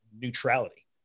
neutrality